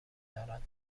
دارند